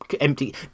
empty